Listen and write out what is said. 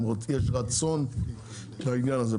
ואם יש רצון בעניין הזה.